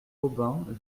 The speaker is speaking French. aubin